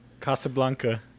Casablanca